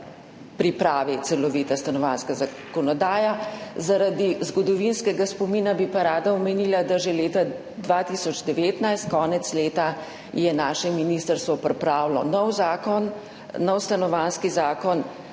pripravi celovita stanovanjska zakonodaja. Zaradi zgodovinskega spomina bi pa rada omenila, da je že konec leta 2019 naše ministrstvo pripravilo nov stanovanjski zakon,